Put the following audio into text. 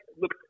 look